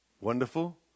Wonderful